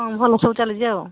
ହଁ ଭଲ ସବୁ ଚାଲିଛି ଆଉ